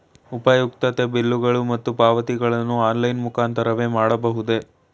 ಉಪಯುಕ್ತತೆ ಬಿಲ್ಲುಗಳು ಮತ್ತು ಪಾವತಿಗಳನ್ನು ಆನ್ಲೈನ್ ಮುಖಾಂತರವೇ ಮಾಡಬಹುದೇ?